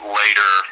later